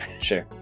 Sure